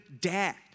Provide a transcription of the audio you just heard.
dad